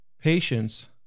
Patience